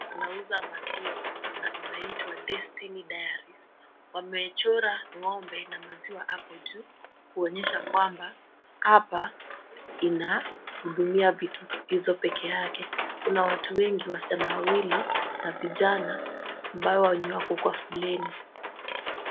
Wanauza maziwa na inaitwa Destiny dairies . Wamechora ng'ombe na maziwa hapo juu kuonyesha kwamba hapa inahudumia vitu hizo pekee yake. Kuna watu wengi wasichana wawili na vijana ambao wenye wako kwa foleni.